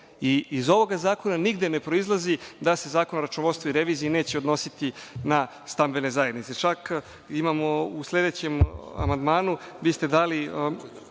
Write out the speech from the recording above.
Iz ovoga zakona nigde ne proizilazi da se Zakon o računovodstvu i reviziji neće odnositi na stambene zajednice. Imamo u sledećem amandmanu… Vi ste dali